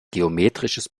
geometrisches